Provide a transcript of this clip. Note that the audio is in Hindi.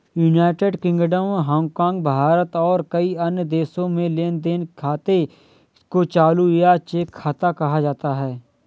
यूनाइटेड किंगडम, हांगकांग, भारत और कई अन्य देशों में लेन देन खाते को चालू या चेक खाता कहा जाता है